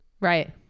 right